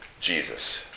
Jesus